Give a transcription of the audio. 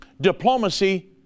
diplomacy